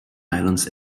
islands